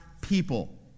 people